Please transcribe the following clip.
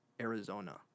Arizona